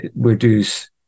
reduce